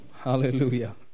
Hallelujah